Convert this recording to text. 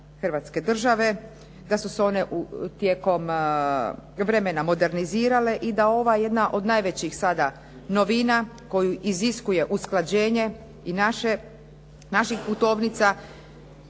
Hrvatske države da su se one tijekom vremena modernizirale i da je ova jedna od najvećih sada novina koju iziskuje usklađenje i naših putovnica,